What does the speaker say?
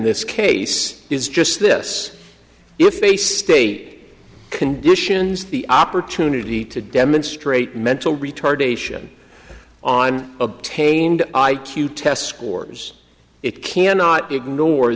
this case is just this if a state conditions the opportunity to demonstrate mental retardation on obtained i q test scores it cannot ignore